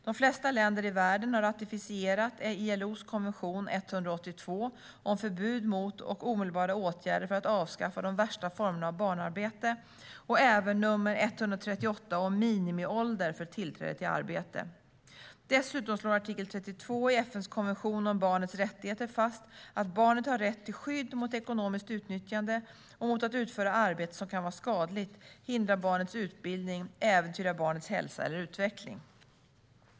De flesta länder i världen har ratificerat ILO:s konvention 182 om förbud mot och omedelbara åtgärder för att avskaffa de värsta formerna av barnarbete och även nr 138 om minimiålder för tillträde till arbete. Dessutom slår artikel 32 i FN:s konvention om barnets rättigheter fast att barnet har rätt till skydd mot ekonomiskt utnyttjande och mot att utföra arbete som kan vara skadligt, hindra barnets utbildning, äventyra barnets hälsa eller utveckling.